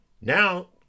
Now